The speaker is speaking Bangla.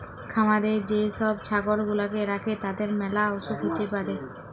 খামারে যে সব ছাগল গুলাকে রাখে তাদের ম্যালা অসুখ হ্যতে পারে